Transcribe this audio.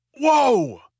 Whoa